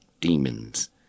demons